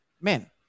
men